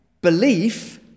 belief